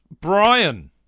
brian